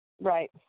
right